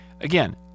Again